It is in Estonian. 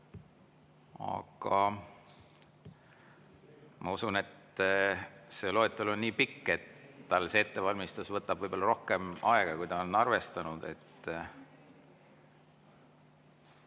aga ma usun, et see loetelu on nii pikk, et tal see ettevalmistus võtab võib-olla rohkem aega, kui ta on arvestanud. Head